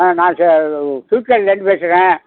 ஆ நான் ஸ்வீட் கடைலேருந்து பேசுகிறேன்